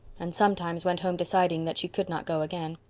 and sometimes went home deciding that she could not go again.